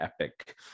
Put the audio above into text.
epic